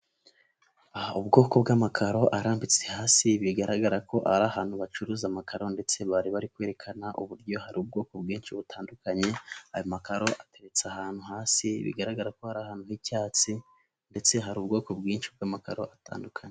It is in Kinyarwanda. Ubwoko bw'amakaro arambitse hasi bigaragara ko ari ahantu bacuruza amakaro ndetse bari kwerekana uburyo hari ubwoko bwinshi butandukanye, ayo makaro ateretse ahantu hasi bigaragara ko hari ahantu h'icyatsi ndetse hari ubwoko bwinshi bw'amakaro atandukanye.